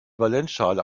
valenzschale